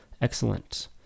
excellent